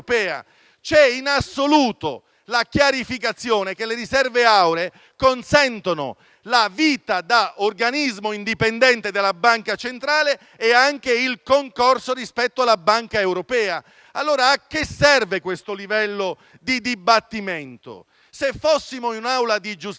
C'è in assoluto la chiarificazione che le riserve auree consentono la vita da organismo indipendente della nostra banca centrale e anche il concorso rispetto alla Banca centrale europea. A che serve allora questo livello di dibattimento? Se fossimo in un'aula di giustizia penale,